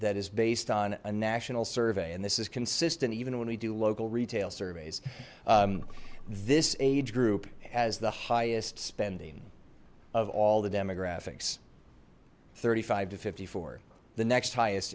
that is based on a national survey and this is consistent even when we do local retail surveys this age group has the highest spending of all the demographics thirty five to fifty four the next highest